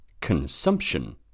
consumption